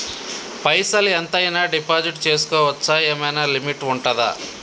పైసల్ ఎంత అయినా డిపాజిట్ చేస్కోవచ్చా? ఏమైనా లిమిట్ ఉంటదా?